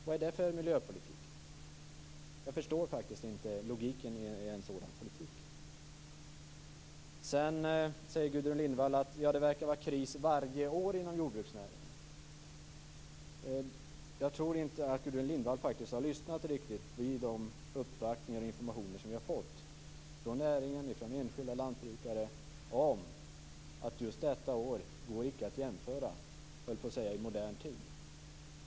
Vad är det för miljöpolitik? Jag förstår faktiskt inte logiken i en sådan politik. Gudrun Lindvall säger att det verkar vara kris varje år inom jordbruksnäringen. Jag tror faktiskt inte att Gudrun Lindvall har lyssnat riktigt vid de uppvaktningar och informationer som vi har fått, från både näringen och från enskilda lantbrukare, om att just detta år icke går att jämföra med något tidigare i modern tid, höll jag på att säga.